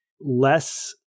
less